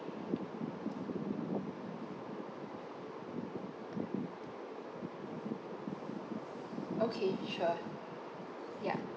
okay sure ya